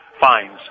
fines